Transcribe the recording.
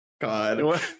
God